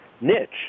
niche